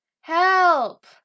Help